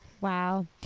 Wow